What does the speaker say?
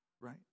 Right